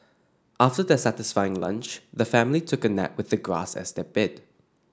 after their satisfying lunch the family took a nap with the grass as their bed